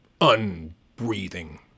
unbreathing